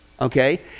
okay